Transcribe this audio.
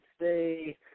say